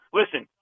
listen